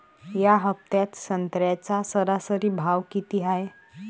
या हफ्त्यात संत्र्याचा सरासरी भाव किती हाये?